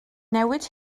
newid